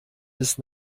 bis